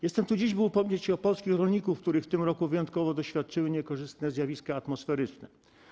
Jestem tu dziś, by upomnieć się o polskich rolników, których w tym roku wyjątkowo doświadczyły niekorzystne zjawiska atmosferyczne.